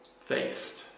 faced